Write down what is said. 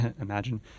Imagine